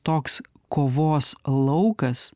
toks kovos laukas